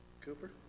Cooper